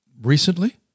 recently